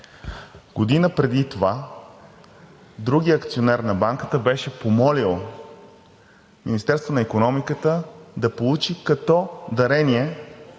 година преди това другият акционер на Банката беше помолил Министерството на икономиката да получи като дарение